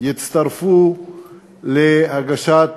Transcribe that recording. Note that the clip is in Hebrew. יצטרפו להגשת